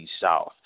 South